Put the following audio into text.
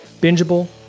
bingeable